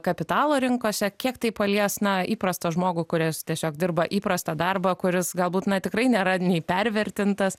kapitalo rinkose kiek tai palies na įprastą žmogų kuris tiesiog dirba įprastą darbą kuris galbūt na tikrai nėra nei pervertintas